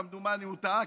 כמדומני הוא טעה,